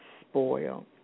spoil